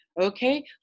okay